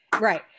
right